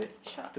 sure